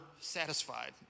satisfied